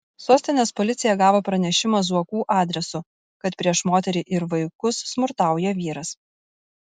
sostinės policija gavo pranešimą zuokų adresu kad prieš moterį ir vaikus smurtauja vyras